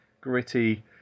gritty